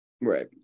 Right